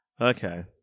Okay